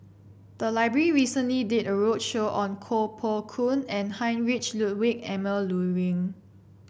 the library recently did a roadshow on Koh Poh Koon and Heinrich Ludwig Emil Luering